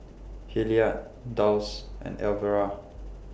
Hilliard Dulce and Elvera